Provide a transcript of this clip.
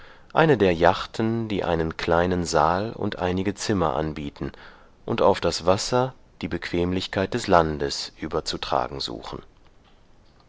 eine der jachten die einen kleinen saal und einige zimmer anbieten und auf das wasser die bequemlichkeit des landes überzutragen suchen